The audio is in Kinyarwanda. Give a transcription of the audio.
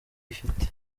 ifite